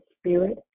spirit